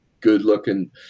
good-looking –